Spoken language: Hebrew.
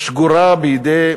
שגורה בידי